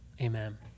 Amen